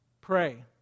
pray